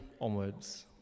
onwards